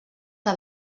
que